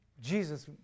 Jesus